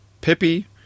Pippi